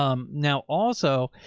um now also,